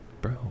Bro